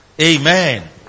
Amen